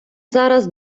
зараз